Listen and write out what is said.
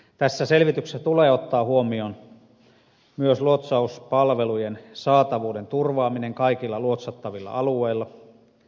tässä selvityksessä tulee ottaa huomioon myös luotsauspalvelujen saatavuuden turvaaminen kaikilla luotsattavilla alueilla